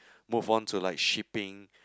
moved on to like shipping